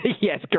yes